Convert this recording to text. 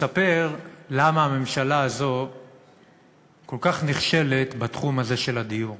שמספר למה הממשלה הזאת כל כך נכשלת בתחום הזה של הדיור.